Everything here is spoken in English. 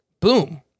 boom